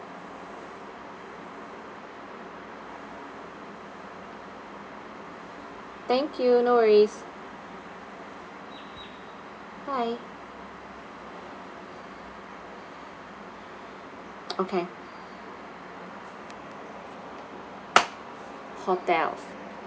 thank you no worries bye okay hotel